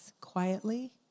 quietly